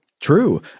true